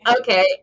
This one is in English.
Okay